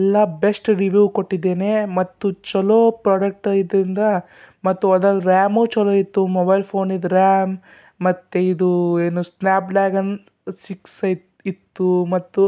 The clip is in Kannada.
ಎಲ್ಲ ಬೆಸ್ಟ್ ರಿವ್ಯೂ ಕೊಟ್ಟಿದ್ದೇನೆ ಮತ್ತು ಚೊಲೋ ಪ್ರಾಡಕ್ಟ್ ಆಗಿದ್ರಿಂದ ಮತ್ತು ಅದ್ರಲ್ಲಿ ರ್ಯಾಮೂ ಚೊಲೋ ಇತ್ತು ಮೊಬೈಲ್ ಫೋನಿದು ರ್ಯಾಮ್ ಮತ್ತು ಇದು ಏನು ಸ್ನ್ಯಾಪ್ ಡ್ಯಾಗನ್ ಸಿಕ್ಸ್ ಇತ್ತು ಇತ್ತು ಮತ್ತು